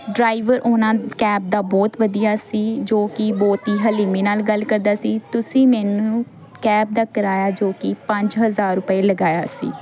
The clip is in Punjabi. ਡਰਾਇਵਰ ਉਹਨਾਂ ਕੈਬ ਦਾ ਬਹੁਤ ਵਧੀਆ ਸੀ ਜੋ ਕਿ ਬਹੁਤ ਹੀ ਹਲੀਮੀ ਨਾਲ ਗੱਲ ਕਰਦਾ ਸੀ ਤੁਸੀਂ ਮੈਨੂੰ ਕੈਬ ਦਾ ਕਿਰਾਇਆ ਜੋ ਕਿ ਪੰਜ ਹਜ਼ਾਰ ਰੁਪਏ ਲਗਾਇਆ ਸੀ